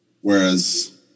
Whereas